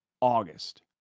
August